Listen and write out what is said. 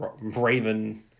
Raven